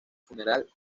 funeral